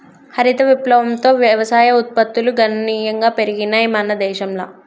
హరిత విప్లవంతో వ్యవసాయ ఉత్పత్తులు గణనీయంగా పెరిగినయ్ మన దేశంల